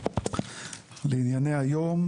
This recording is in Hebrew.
לענייני היום,